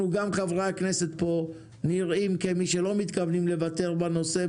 אנחנו כחברי הכנסת לא מתכוונים לוותר בנושא,